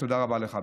ותודה רבה לך.